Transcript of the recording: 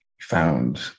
found